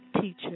teacher